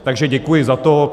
Takže děkuji za to.